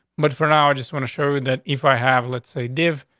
but for now, i just want to show that if i have, let's say dave,